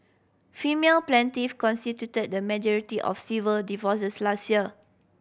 female plaintiff constituted the majority of civil divorces last year